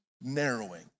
narrowing